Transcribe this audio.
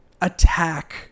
attack